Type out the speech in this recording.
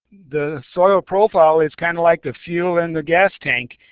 the soil profile is kind of like the fuel in the gas tank.